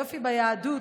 היופי ביהדות,